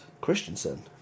Christensen